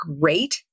great